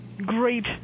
great